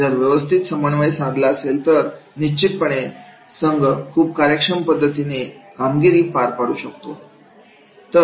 जर व्यवस्थित समन्वय असेल तर निश्चितपणे संघ खूप कार्यक्षम पद्धतीने कामगिरी पार पाडू शकतो